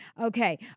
Okay